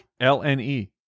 L-N-E